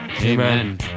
amen